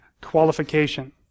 qualification